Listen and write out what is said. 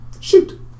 Shoot